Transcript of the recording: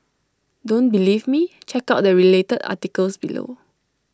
don't believe me check out the related articles below